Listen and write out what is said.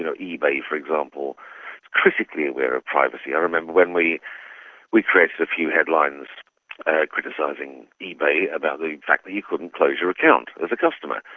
you know ebay, for example, is critically aware of privacy. i remember when we we created a few headlines criticising ebay about the fact that you couldn't close your account as a customer.